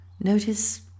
notice